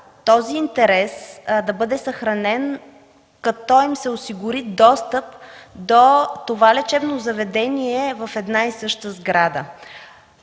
този интерес да бъде съхранен, като им се осигури достъп до това лечебно заведение в една и съща сграда.